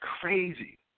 crazy